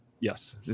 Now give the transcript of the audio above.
Yes